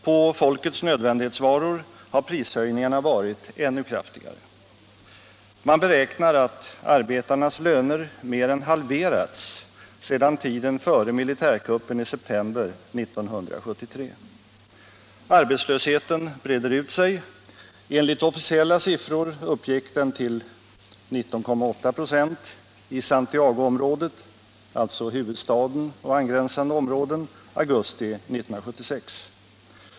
På folkets nödvändighetsvaror har prishöjningarna varit ännu kraftigare. Man beräknar att arbetarnas löner mer än halverats sedan tiden före militärkuppen i september 1973. Arbetslösheten breder ut sig. Enligt officiella siffror uppgick den i augusti 1976 till 19,8 26 i Santiago-området.